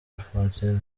alphonsine